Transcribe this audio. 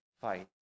fight